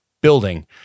building